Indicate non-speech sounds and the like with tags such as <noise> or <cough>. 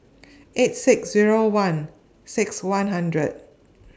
<noise> eight six Zero one six one hundred